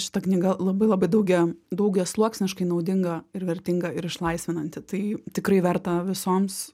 šita knyga labai labai daugia daugiasluoksniškai naudinga ir vertinga ir išlaisvinanti tai tikrai verta visoms